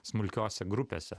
smulkiose grupėse